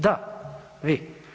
Da, vi.